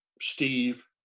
Steve